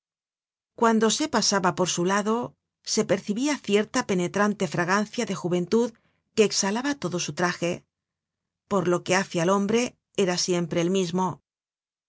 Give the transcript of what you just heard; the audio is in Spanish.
cuando se pasaba por su lado se percibia cierta penetrante fragancia de juventud que exhalaba todo su traje content from google book search generated at por lo que hace al hombre era siempre el mismo